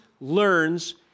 learns